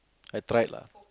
I tried lah